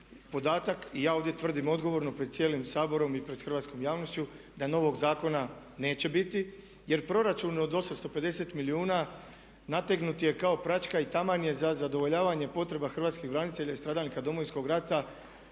i ja ovdje tvrdim odgovorno pred cijelim Saborom i pred hrvatskom javnošću da novog zakona neće biti. Jer proračun od 850 milijuna nategnut je kao praćka i taman je za zadovoljavanje potreba hrvatskih branitelja i stradalnika Domovinskog rata